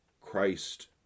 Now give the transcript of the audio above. Christ